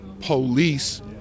police